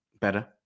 better